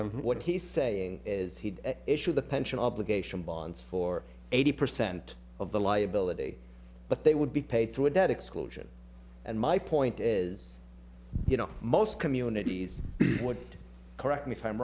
i'm what he's saying is he issued the pension obligation bonds for eighty percent of the liability but they would be paid through a debt exclusion and my point is you know most communities what correct me if i'm